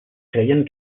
creien